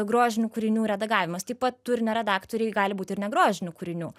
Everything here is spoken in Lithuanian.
grožinių kūrinių redagavimas taip pat turinio redaktoriai gali būt ir negrožinių kūrinių